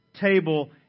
table